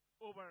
over